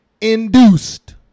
induced